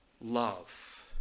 love